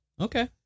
Okay